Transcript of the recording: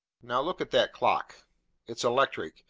now, look at that clock it's electric,